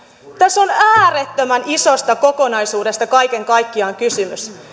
tässä on äärettömän isosta kokonaisuudesta kaiken kaikkiaan kysymys